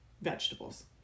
vegetables